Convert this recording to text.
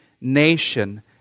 nation